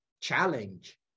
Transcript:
challenge